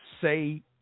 say